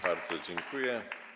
Bardzo dziękuję.